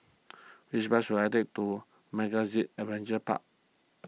which bus should I take to MegaZip Adventure Park